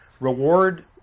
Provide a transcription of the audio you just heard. reward